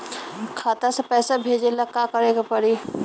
खाता से पैसा भेजे ला का करे के पड़ी?